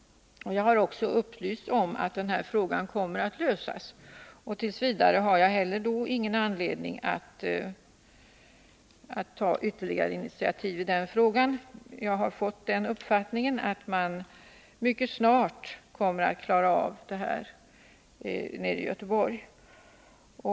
Jag har också upplysts om att den här frågan kommer att lösas. T. v. har jag heller ingen anledning att ta ytterligare initiativ i den frågan. Jag har fått den uppfattningen att man mycket snart kommer att klara av det här problemet nere i Göteborg.